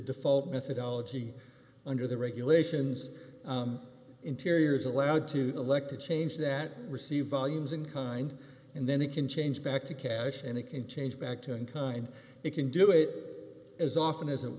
default methodology under the regulations interior is allowed to collect a change that receive volumes in kind and then it can change back to cash and it can change back to unchain it can do it as often isn't